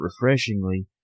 refreshingly